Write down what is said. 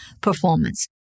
performance